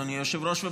אדוני היושב-ראש,